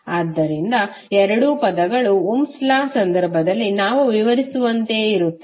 ಆದ್ದರಿಂದ ಎರಡೂ ಪದಗಳು ಓಮ್ಸ್ ಲಾ Ohms Law ಸಂದರ್ಭದಲ್ಲಿ ನಾವು ವಿವರಿಸುವಂತೆಯೇ ಇರುತ್ತದೆ